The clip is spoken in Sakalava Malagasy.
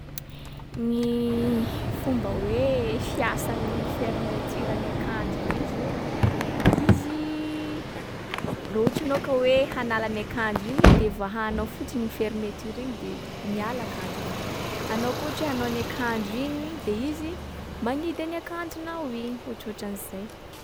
Gny fomba hoe fiasan’ny fermeturan’ny akanjo regny zao, izy raha ohatry anao ka hoe hanala ny akanjo iny, de vahanao fotsiny iny fermeture iny de miala akanjonao. Anao koa ohatra hoe hanao akanjo igny de izy magnidy an'ny akanjonao igny, ohatrohatran'zay.